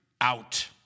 out